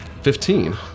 Fifteen